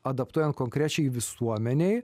adaptuojant konkrečiai visuomenei